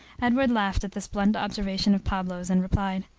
edward laughed at this blunt observation of pablo's, and replied,